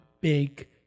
big